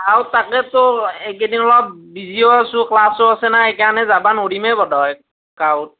আৰু তাকেতো এইকেইদিন অলপ বিজিও আছোঁ ক্লাছো আছে না সেইকাৰণে যাবা নোৱাৰিমেই বোধহয় গাঁৱত